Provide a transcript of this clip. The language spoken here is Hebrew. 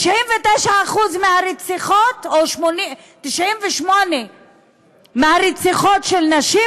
98% מהרציחות של נשים,